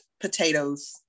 potatoes